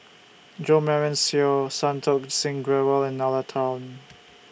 Jo Marion Seow Santokh Singh Grewal and Nalla Tan